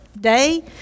day